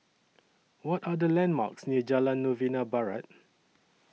What Are The landmarks near Jalan Novena Barat